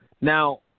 Now